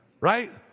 Right